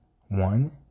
one